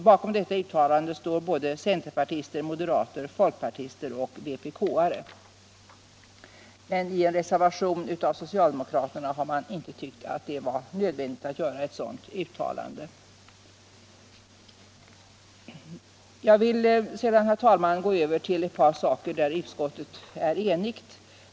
Bakom det uttalandet står centerpartister, moderater, folkpartister och vpk-are, men i en reservation har socialdemokraterna anfört att de inte tycker att det är nödvändigt att göra ett sådant uttalande. Jag vill sedan, herr talman, gå över till ett par saker där utskottet är enigt.